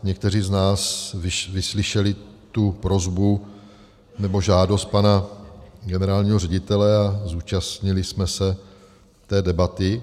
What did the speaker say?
Někteří z nás vyslyšeli tu prosbu, nebo žádost pana generálního ředitele a zúčastnili jsme se té debaty.